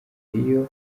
iyo